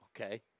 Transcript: Okay